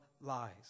lies